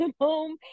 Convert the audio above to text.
home